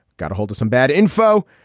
got a hold of some bad info.